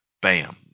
bam